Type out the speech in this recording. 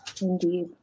Indeed